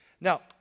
Now